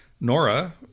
Nora